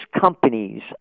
companies